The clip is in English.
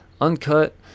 uncut